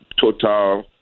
total